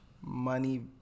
Money